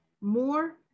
more